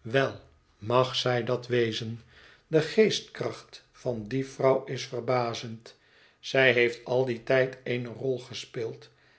wel mag zij dat wezen de geestkracht van die vrouw is verbazend zij heeft al dien tijd eene rol gespeeld